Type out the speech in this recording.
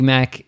Mac